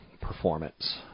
performance